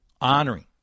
honoring